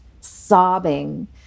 sobbing